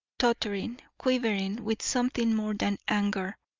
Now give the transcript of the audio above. tottering, quivering with something more than anger,